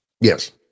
yes